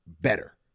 better